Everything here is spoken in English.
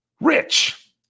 Rich